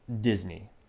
Disney